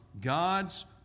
God's